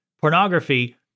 pornography